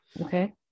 Okay